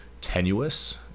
tenuous